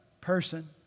person